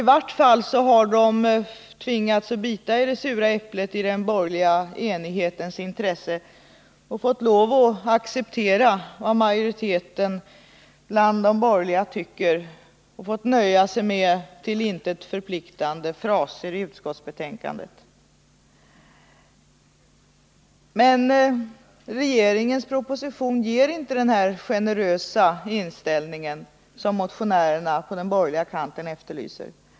I varje fall har de tvingats bita i det sura äpplet i den borgerliga enighetens intresse och acceptera vad majoriteten bland de borgerliga tycker. Det har fått nöja sig med till intet förpliktande fraser i utskottsbetänkandet. Men regeringens proposition har inte den generösa inställning som motionärerna på den borgerliga kanten efterlyser.